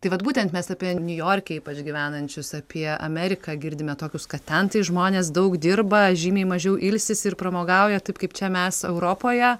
tai vat būtent mes apie niujorke ypač gyvenančius apie ameriką girdime tokius kad ten tai žmonės daug dirba žymiai mažiau ilsisi ir pramogauja taip kaip čia mes europoje